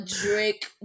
drake